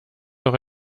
noch